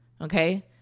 Okay